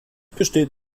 besteht